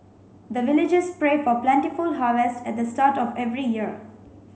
the villagers pray for plentiful harvest at the start of every year